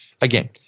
Again